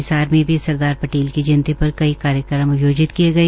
हिसार में भी सरदार पटेल की जयंती पर कई कार्यक्रम आयोजित किए गए